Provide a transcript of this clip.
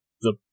the-